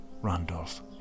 Randolph